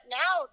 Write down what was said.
now